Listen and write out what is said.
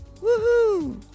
Woohoo